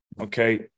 okay